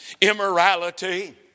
immorality